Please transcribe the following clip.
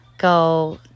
go